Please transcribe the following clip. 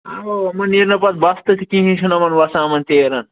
اَوا یِمَن نیر نہٕ پَتہٕ بستہٕ تہِ کِہیٖنٛۍ چھُنہٕ یِمَن وَسان یِمَن تیٖرَن